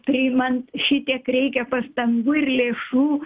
priimant šitiek reikia pastangų ir lėšų